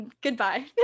goodbye